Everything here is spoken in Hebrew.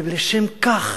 ולשם כך